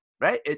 Right